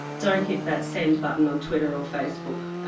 don't hit that send button on twitter or facebook,